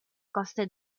coste